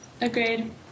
agreed